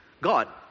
god